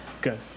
Good